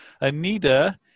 Anita